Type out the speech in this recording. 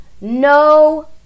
No